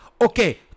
Okay